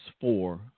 four